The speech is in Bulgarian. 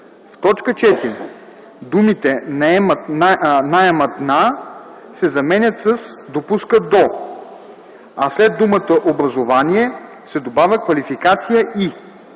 В т. 4 думите „наемат на” се заменят с „допускат до”, а след думата „образование” се добавя „квалификация и”.